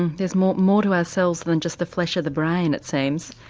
there's more more to ourselves than just the flesh of the brain it seems.